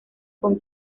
con